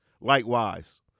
Likewise